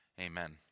Amen